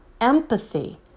empathy